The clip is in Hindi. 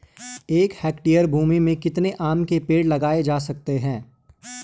एक हेक्टेयर भूमि में कितने आम के पेड़ लगाए जा सकते हैं?